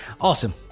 awesome